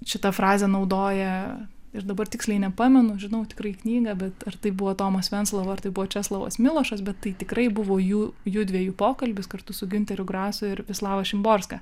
šitą frazę naudoja ir dabar tiksliai nepamenu žinau tikrai knygą bet ar tai buvo tomas venclova ar tai buvo česlavas milošas bet tai tikrai buvo jų jųdviejų pokalbis kartu su giunteriu grasu ir vis veslava šimborska